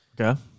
Okay